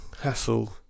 hassle